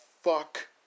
Fuck